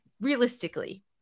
realistically